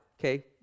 okay